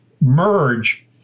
merge